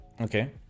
Okay